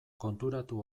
konturatu